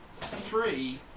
three